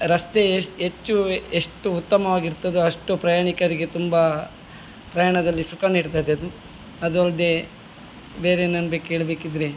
ರಸ್ತೆ ಹೆಚ್ಚು ಎಷ್ಟು ಉತ್ತಮವಾಗಿರ್ತದೋ ಅಷ್ಟು ಪ್ರಯಾಣಿಕರಿಗೆ ತುಂಬಾ ಪ್ರಯಾಣದಲ್ಲಿ ಸುಖ ನೀಡ್ತದೆ ಅದು ಅದು ಅಲ್ಲದೆ ಬೇರೆ ನಮಗೆ ಕೇಳಬೇಕಿದ್ರೆ